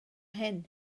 hyn